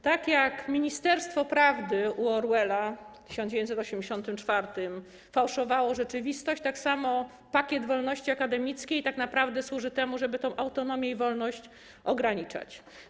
Tak jak Ministerstwo Prawdy u Orwella w „Roku 1984” fałszowało rzeczywistość, tak samo pakiet wolności akademickiej tak naprawdę służy temu, żeby tę autonomię i wolność ograniczać.